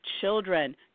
children